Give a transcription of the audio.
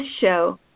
show